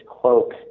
cloak